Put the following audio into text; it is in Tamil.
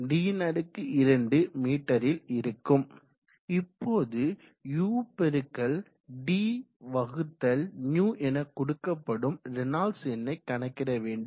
Π 4 d2 மீட்டரில் இருக்கும் இப்போது udν என கொடுக்கப்படும் ரேனால்ட்ஸ் எண்ணை கணக்கிட வேண்டும்